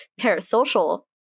parasocial